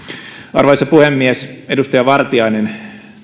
arvoisa puhemies edustaja vartiainen